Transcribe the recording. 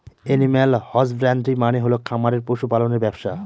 animal husbandry মানে হল খামারে পশু পালনের ব্যবসা